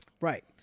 Right